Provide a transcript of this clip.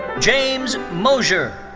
james mozur.